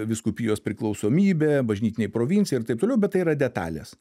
vyskupijos priklausomybė bažnytinei provincijai ir taip toliau bet tai yra detalės